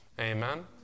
Amen